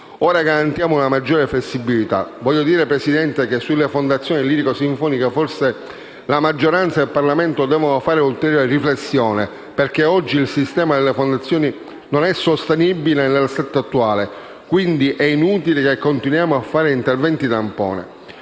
ora garantiamo una maggiore flessibilità. Voglio dire, Presidente, che sulle fondazioni lirico-sinfoniche forse la maggioranza e il Parlamento devono fare un'ulteriore riflessione, perché il sistema delle fondazioni non è sostenibile nell'assetto attuale, quindi è inutile che continuiamo a fare interventi tampone.